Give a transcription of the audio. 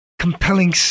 compelling